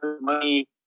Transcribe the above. money